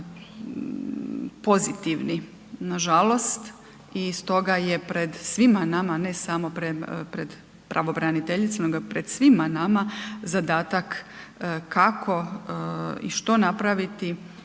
pozitivni nažalost i stoga je pred svima nama, ne samo pred pravobraniteljicom, nego je pred svima nama zadataka kako i što napraviti